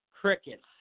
crickets